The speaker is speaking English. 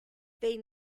they